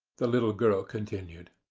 the little girl continued.